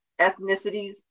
ethnicities